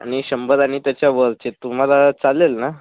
आणि शंभर आणि त्याच्यावरचे तुम्हाला चालेल ना